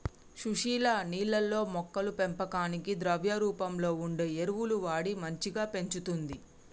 సుశీల నీళ్లల్లో మొక్కల పెంపకానికి ద్రవ రూపంలో వుండే ఎరువులు వాడి మంచిగ పెంచుతంది